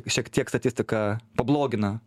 šiek tiek statistiką pablogina